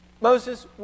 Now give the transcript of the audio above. Moses